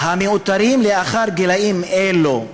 המאותרות לאחר גילים אלו,